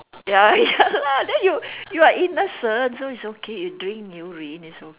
ya ya lah then you you are innocent so it's okay you drink urine it's okay